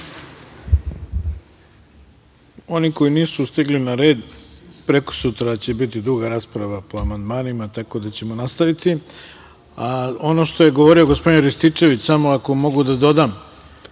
koji nisu stigli na red, prekosutra će biti druga rasprava po amandmanima, tako da ćemo nastaviti. Ono što je govorio gospodin Rističević, samo ako mogu da dodam,